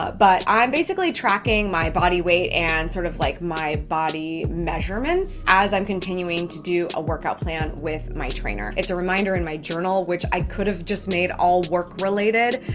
but i'm basically tracking my body weight and sort of like my body measurements as i'm continuing to do a workout plan with my trainer. it's a reminder in my journal, which i could have just made all work related,